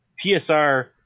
TSR